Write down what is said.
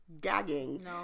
gagging